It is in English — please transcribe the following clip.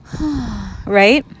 Right